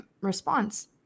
response